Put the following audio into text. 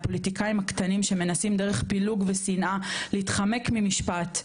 הפוליטיקאים הקטנים שמנסים דרך פילוג ושנאה להתחמק ממשפט,